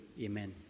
Amen